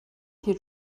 here